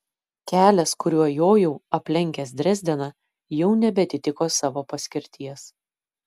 kelias kuriuo jojau aplenkęs drezdeną jau nebeatitiko savo paskirties